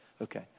Okay